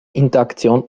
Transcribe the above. interaktion